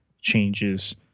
changes